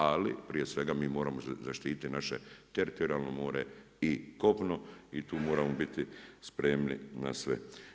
Ali prije svega mi moramo zaštititi naše teritorijalno more i kopno i tu moramo biti spremni na sve.